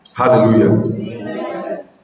Hallelujah